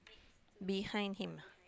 behind him ah